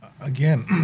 Again